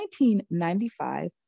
1995